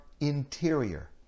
interior